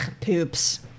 poops